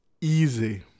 easy